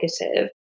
negative